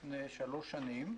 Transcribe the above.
לפני שלוש שנים,